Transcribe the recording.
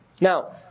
Now